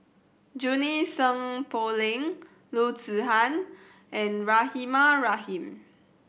Junie Sng Poh Leng Loo Zihan and Rahimah Rahim